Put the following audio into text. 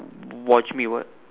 watch me what